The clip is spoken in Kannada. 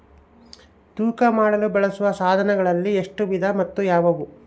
ತೂಕ ಮಾಡಲು ಬಳಸುವ ಸಾಧನಗಳಲ್ಲಿ ಎಷ್ಟು ವಿಧ ಮತ್ತು ಯಾವುವು?